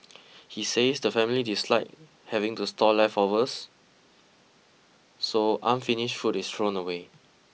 he says the family dislike having to store leftovers so unfinished food is thrown away